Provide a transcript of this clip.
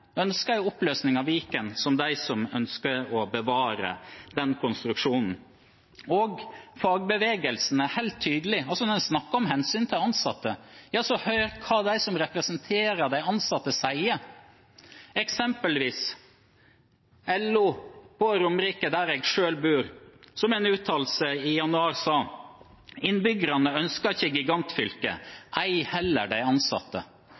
ønsker en oppløsning av Viken, enn det er som ønsker å bevare den konstruksjonen. Fagbevegelsen er også helt tydelig. En snakker om hensynet til de ansatte – ja, hør da hva de som representerer de ansatte, sier, f.eks. LO på Romerike, der jeg selv bor, som i en uttalelse fra januar har sagt: Innbyggerne ønsker ikke